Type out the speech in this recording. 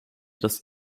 das